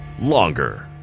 Longer